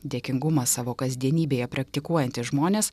dėkingumą savo kasdienybėje praktikuojantys žmonės